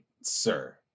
Sir